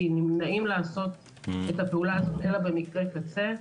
כי נמנעים לעשות את הפעולה הזאת אלה במקרה קצה.